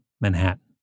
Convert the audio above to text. Manhattan